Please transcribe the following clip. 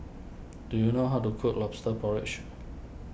do you know how to cook Lobster Porridge